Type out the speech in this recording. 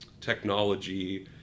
technology